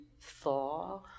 thaw